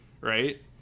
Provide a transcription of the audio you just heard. right